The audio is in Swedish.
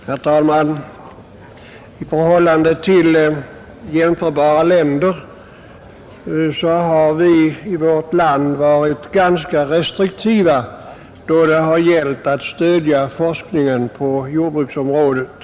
Herr talman! I förhållande till jämförbara länder har vi i Sverige varit ganska restriktiva då det har gällt att stödja forskningen på jordbruksområdet.